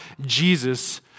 Jesus